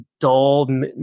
dull